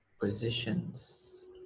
positions